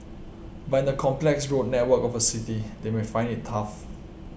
but in the complex road network of a city they may find it tough